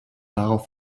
darauf